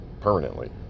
permanently